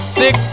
six